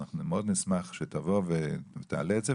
אנחנו מאוד נשמח שתבוא ותעלה את זה,